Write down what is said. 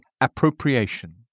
appropriation